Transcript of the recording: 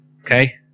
Okay